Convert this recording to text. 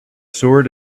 sword